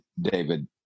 David